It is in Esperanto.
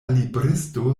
libristo